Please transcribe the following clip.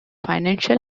financial